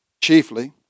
chiefly